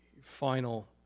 final